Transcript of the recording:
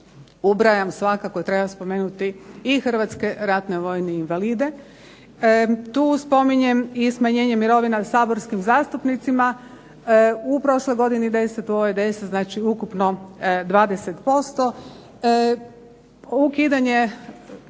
ubrajam svakako i treba spomenuti i hrvatske ratne vojne invalide. Tu spominjem i smanjenje mirovina saborskim zastupnicima. U prošloj godini .../Govornica se ne razumije./...